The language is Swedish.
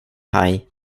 haj